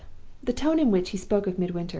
the tone in which he spoke of midwinter,